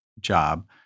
job